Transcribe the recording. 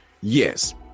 Yes